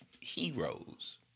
heroes